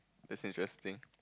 that's interesting